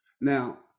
Now